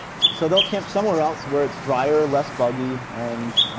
so they'll camp somewhere else where it's drier, less buggy, and